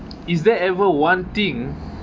is there ever one thing